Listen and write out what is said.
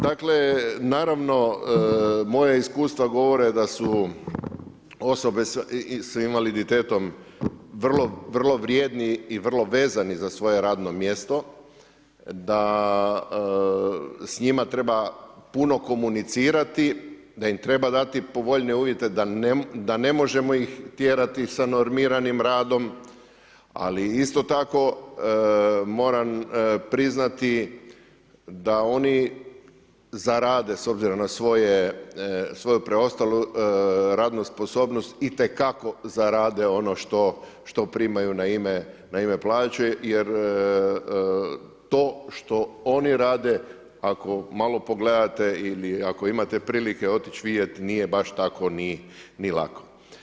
Dakle, naravno moja iskustva govore da su osobe s invaliditetom vrlo vrijedne i vrlo vezane za svoje radno mjesto, da s njima treba puno komunicirati, da im treba dati povoljnije uvjete, da ne možemo ih tjerati sa normiranim radom, ali isto tako moram priznati da oni zarade s obzirom na svoju preostalu radnu sposobnost, itekako zarade ono što primaju na ime plaće jer to što oni rade, ako malo pogledate ili imati prilike otići vidjet, nije baš tako ni lako.